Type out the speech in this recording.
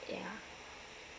yeah